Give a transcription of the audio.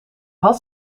had